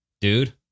dude